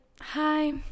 Hi